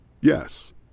Yes